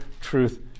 truth